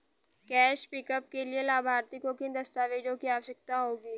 Cash pickup के लिए लाभार्थी को किन दस्तावेजों की आवश्यकता होगी?